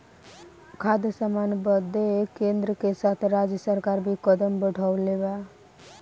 खाद्य सामान बदे केन्द्र के साथ राज्य सरकार भी कदम बढ़ौले बा